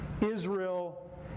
Israel